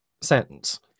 sentence